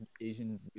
Asian